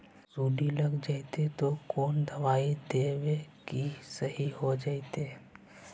सुंडी लग जितै त कोन दबाइ देबै कि सही हो जितै?